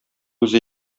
үзе